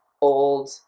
old